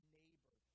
neighbor